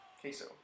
queso